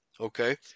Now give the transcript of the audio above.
okay